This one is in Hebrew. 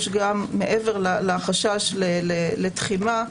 יש גם מעבר לחשש לתחימה,